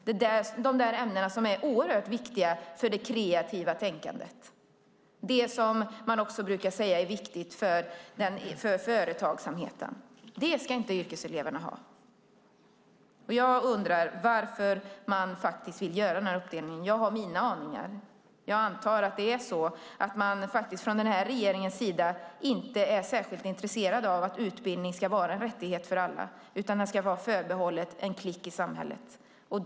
Det handlar om ämnen som är oerhört viktiga för det kreativa tänkandet, det som man brukar säga är viktigt också för företagsamheten. Det ska inte yrkeseleverna ha. Jag undrar varför man vill göra den uppdelningen. Jag har mina aningar. Jag antar att man från regeringens sida inte är särskilt intresserad av att utbildning ska vara en rättighet för alla, utan den ska vara förbehållen en klick i samhället.